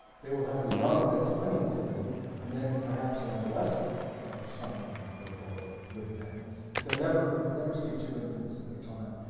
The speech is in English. they will have a young that's clinging to them and then perhaps an adolescent son or daughter with them but they'll never you never see two infants at a time,